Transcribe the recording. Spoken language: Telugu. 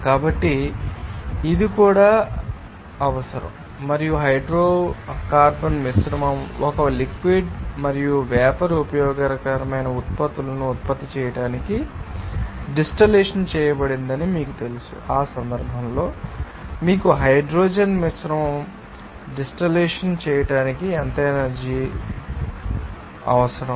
కాబట్టి ఇది కూడా అవసరం మరియు హైడ్రోకార్బన్ మిశ్రమం ఒక లిక్విడ్ మరియు వేపర్ ఉపయోగకరమైన ఉత్పత్తులను ఉత్పత్తి చేయడానికి డిస్టిల్లషన్ చేయబడిందని మీకు తెలుసు ఆ సందర్భంలో మీకు హైడ్రోకార్బన్ మిశ్రమం తెలుసు అని డిస్టిల్లషన్ చేయడానికి కొంత ఎనర్జీ అవసరం